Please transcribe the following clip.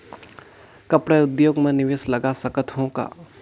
कपड़ा उद्योग म निवेश लगा सकत हो का?